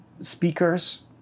speakers